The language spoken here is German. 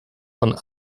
von